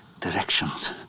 Directions